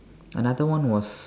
another one was